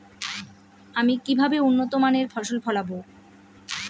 আমি কিভাবে উন্নত মানের ফসল ফলাবো?